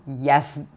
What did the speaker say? yes